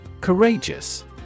Courageous